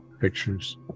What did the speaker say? pictures